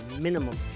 minimum